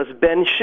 Ben